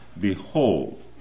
Behold